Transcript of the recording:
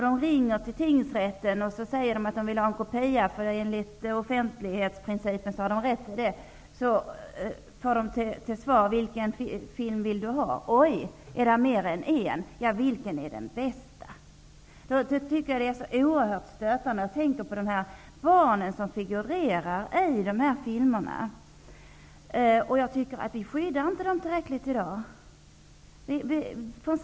De ringer till tingsrätten och säger att de vill ha en kopia eftersom de har rätt till det enligt offentlighetsprincipen. De får då till svar en fråga om vilken film de vill ha. Reaktionen blir: ''Oj, är det mer än en? Vilken är den bästa?'' Jag tycker att detta är så oerhört stötande. Jag tänker på barnen som figurerar i filmerna. Jag tycker att vi inte ger dem tillräckligt skydd i dag.